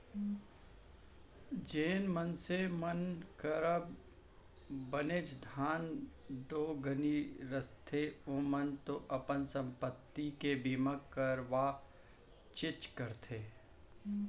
जेन मनसे मन करा बनेच धन दो गानी रथे ओमन तो अपन संपत्ति के बीमा करवाबेच करथे